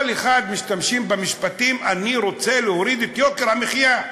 כל אחד משתמש במשפטים: אני רוצה להוריד את יוקר המחיה.